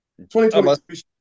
2020